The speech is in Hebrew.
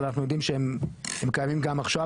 אבל אנחנו יודעים שהם קיימים גם עכשיו,